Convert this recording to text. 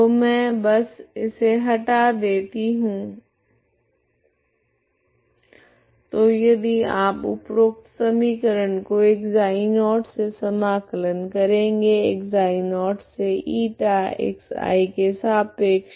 तो मैं बस इसे हटा देती हूँ तो यदि आप उपरोक्त समीकरण को ξ0 से समाकलन करेगे ξ0 से η Xi के सापेक्ष